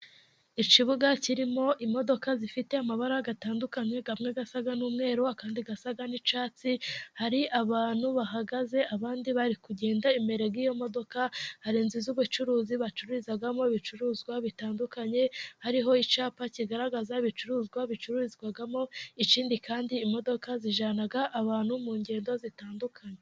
Ikibuga kirimo imodoka zifite amabara atandukanye, amwe asa n'umweru andi asa n'icyatsi, hari abantu bahagaze, abandi bari kugenda. Imbere y'iyo modoka hari inzu z'ubucuruzi bacururizamo ibicuruzwa bitandukanye, hariho icyapa kigaragaza ibicuruzwa bicururizwamo. Ikindi kandi imodoka zijyana abantu mu ngendo zitandukanye.